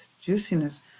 juiciness